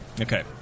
Okay